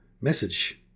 message